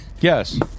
Yes